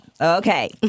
Okay